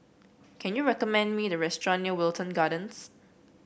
can you recommend me a restaurant near Wilton Gardens